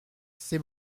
c’est